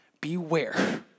beware